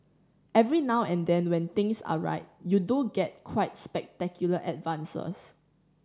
every now and then when things are right you do get quite spectacular advances